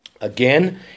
Again